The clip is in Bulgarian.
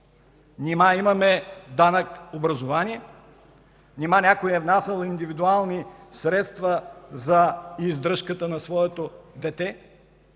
Нима имаме данък образование, нима някой е внасял индивидуални средства за издръжката на своето дете?